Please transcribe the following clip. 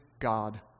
God